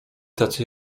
tacy